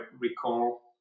recall